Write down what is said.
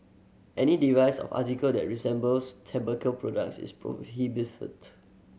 any device or article that resembles tobacco products is prohibited